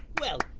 well